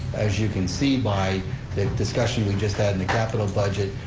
as you can see by the discussion we just had in the capital budget,